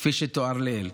כפי שתואר לעיל.